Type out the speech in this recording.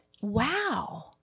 wow